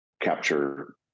capture